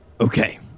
Okay